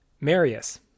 Marius